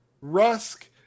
Rusk